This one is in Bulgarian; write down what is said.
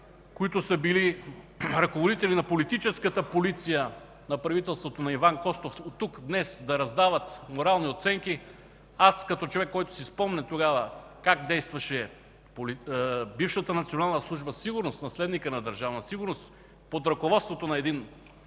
които са били ръководители на политическата полиция на правителството на Иван Костов, тук днес да раздават морални оценки, аз като човек, който си спомня тогава как действаше бившата Национална служба „Сигурност”, наследникът на Държавна сигурност, под ръководството на един